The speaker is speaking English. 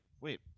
wait